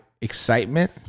excitement